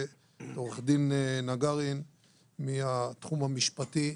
ועו"ד נגרין מהתחום המשפטי.